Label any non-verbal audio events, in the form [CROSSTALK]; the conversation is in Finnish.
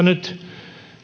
[UNINTELLIGIBLE] nyt